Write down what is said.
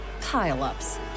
pile-ups